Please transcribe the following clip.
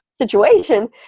situation